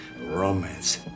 Romance